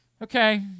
Okay